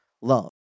love